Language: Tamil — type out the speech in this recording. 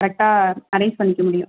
கரெட்டாக அரேஞ்ச் பண்ணிக்க முடியும்